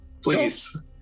Please